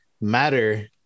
matter